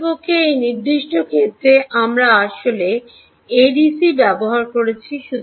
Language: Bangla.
প্রকৃতপক্ষে এই নির্দিষ্ট ক্ষেত্রে আমরা আসলে এডিসি ব্যবহার করছি